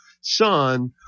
son